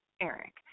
Eric